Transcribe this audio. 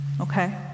Okay